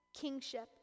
kingship